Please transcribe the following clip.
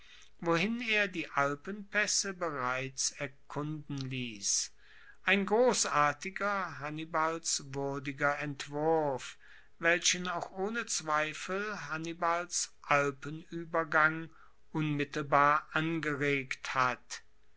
wohin er die alpenpaesse bereits erkunden liess ein grossartiger hannibals wuerdiger entwurf welchen auch ohne zweifel hannibals alpenuebergang unmittelbar angeregt hat